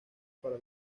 para